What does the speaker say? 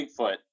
Bigfoot